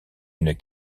une